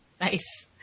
Nice